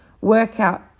workout